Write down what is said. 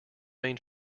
main